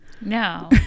No